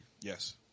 Yes